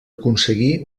aconseguir